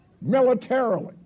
militarily